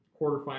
quarterfinal